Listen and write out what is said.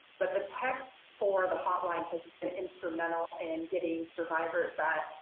but the text for the hotline has been instrumental in getting survivors that,